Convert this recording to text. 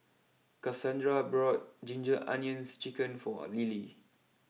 Kassandra bought Ginger Onions Chicken for Lily